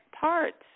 parts